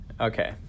okay